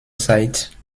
zeit